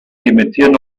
dementieren